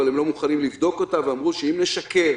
אבל הם לא מוכנים לבדוק אותה ואמרו שאם נשקר